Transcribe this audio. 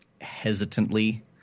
hesitantly